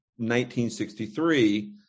1963